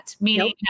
Meaning